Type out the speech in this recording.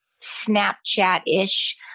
Snapchat-ish